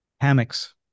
Hammocks